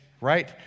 right